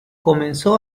comenzó